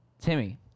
Timmy